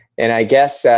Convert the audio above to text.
and, i guess,